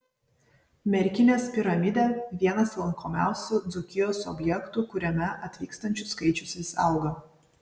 merkinės piramidė vienas lankomiausių dzūkijos objektų kuriame atvykstančių skaičius vis auga